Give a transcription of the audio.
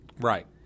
Right